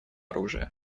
оружия